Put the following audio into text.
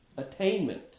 attainment